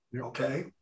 okay